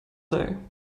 day